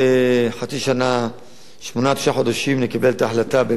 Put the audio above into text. נקבל את ההחלטה במידה שנראה שזה משהו שמתקרב,